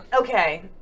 Okay